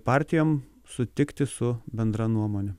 partijom sutikti su bendra nuomone